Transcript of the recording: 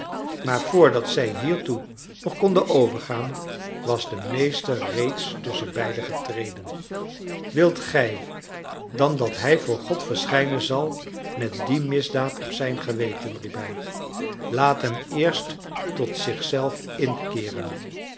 maar vr dat zij hiertoe nog konden overgaan was de meester reeds tusschenbeiden getreden wilt gij dan dat hij voor god verschijnen zal met die misdaad op zijn geweten riep hij laat hem eerst tot zich